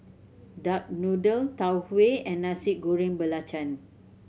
duck noodle Tau Huay and Nasi Goreng Belacan